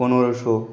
পনেরোশো